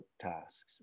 tasks